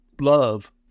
love